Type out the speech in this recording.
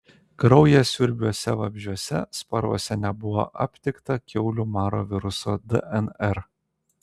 kraujasiurbiuose vabzdžiuose sparvose nebuvo aptikta kiaulių maro viruso dnr